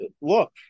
look